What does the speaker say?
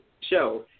show